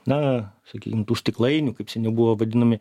na sakykim tų stiklainių kaip seniau buvo vadinami